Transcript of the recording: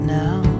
now